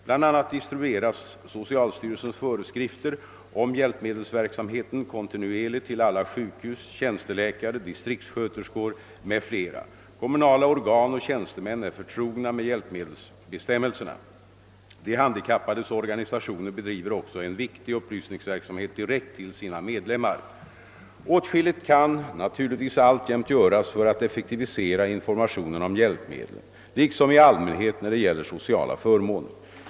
BL a. distribueras socialstyrelsens föreskrifter om hjälpmedelsverksamheten kontinuerligt till alla sjukhus, tjänsteläkare, distriktssköterskor m.fl. Kommunala organ och tjänstemän är förtrogna med hjälpmedelsbestämmelserna. De handikappades organisationer bedriver också en viktig upplysningsverksamhet direkt till sina medlemmar. Åtskilligt kan naturligtvis alltjämt göras för att effektivisera informationen om hjälpmedel — liksom i allmänhet när det gäller sociala förmåner.